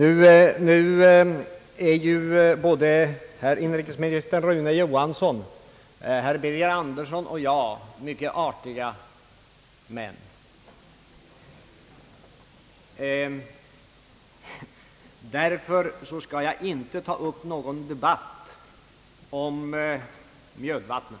Såväl herr inrikesministern Rune Johansson som herr Birger Andersson och jag är mycket artiga män, och därför skall jag inte ta upp någon debatt om Mjödvattnet.